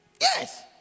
Yes